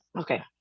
okay